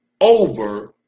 over